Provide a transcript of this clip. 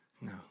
no